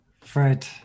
Fred